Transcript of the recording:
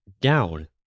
down